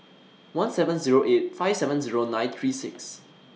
one seven Zero eight five seven Zero nine three six